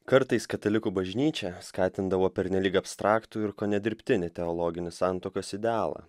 kartais katalikų bažnyčia skatindavo pernelyg abstraktų ir kone dirbtinį teologinį santuokos idealą